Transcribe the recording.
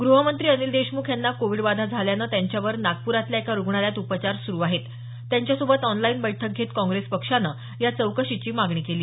गृहमंत्री अनिल देशमुख यांना कोविडबाधा झाल्यानं त्यांच्यावर नागपुरातल्या एका रुग्णालयात उपचार सुरू आहेत त्यांच्यासोबत ऑनलाईन बैठक घेत काँग्रेस पक्षानं या चौकशीची मागणी केली